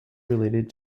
related